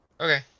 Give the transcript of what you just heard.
Okay